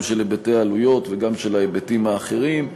גם היבטי עלויות וגם היבטים אחרים.